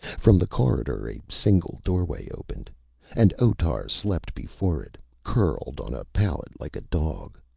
from the corridor a single doorway opened and otar slept before it, curled on a pallet like a dog.